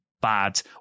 bad